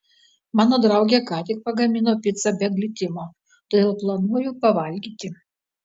mano draugė ką tik pagamino picą be glitimo todėl planuoju pavalgyti